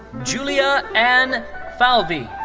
julia ann falvey.